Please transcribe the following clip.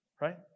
right